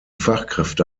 fachkräfte